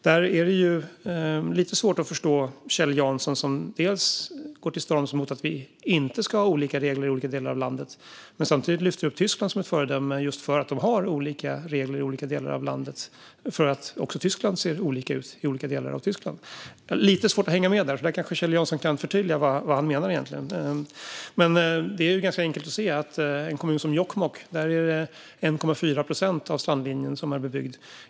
Det är lite svårt att förstå Kjell Jansson, som dels går till storms och inte vill att vi ska ha olika regler i olika delar av landet, dels lyfter upp Tyskland som ett föredöme just därför att de har olika regler i olika delar av landet, för att också Tyskland ser olika ut i olika delar av Tyskland. Jag har lite svårt att hänga med där, så Kjell Jansson kanske kan förtydliga vad han menar. Det är ganska enkelt att se att i en kommun som Jokkmokk är det 1,4 procent av strandlinjen som är bebyggd.